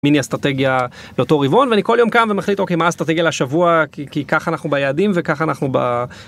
מיני אסטרטגיה לאותו רבעון, ואני כל יום קם ומחליט אוקיי מה האסטרטגיה לשבוע כי ככה אנחנו ביעדים וככה אנחנו ב...